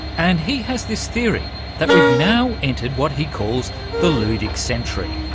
and he has this theory that we've now entered what he calls the ludic century,